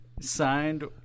signed